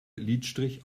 lidstrich